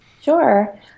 Sure